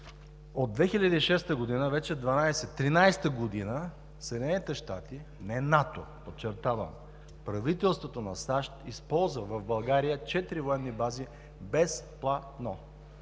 от 2006 г. – вече 13 а година Съединените щати, не НАТО, подчертавам, а правителството на САЩ използва в България четири военни бази безплатно.